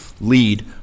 lead